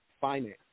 finance